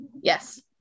Yes